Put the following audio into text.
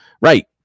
Right